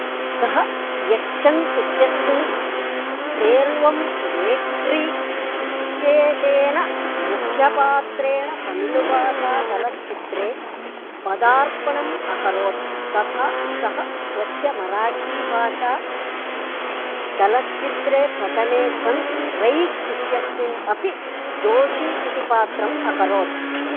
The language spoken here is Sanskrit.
सः यच्चन् इत्यस्मिन् सेल्वं वेट्री इत्येतेन मुख्यपात्रेण तमिलुभाषाचलच्चित्रे पदार्पणम् अकरोत् तथा सः स्वस्य मराठीभाषा चलच्चित्रे प्रथमे सन् रैज् इत्यस्मिन् अपि जोषी इति पात्रम् अकरोत्